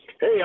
Hey